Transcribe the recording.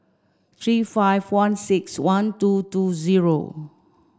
three five one six one two two zero